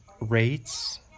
rates